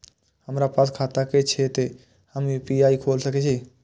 हमरा पास खाता ने छे ते हम यू.पी.आई खोल सके छिए?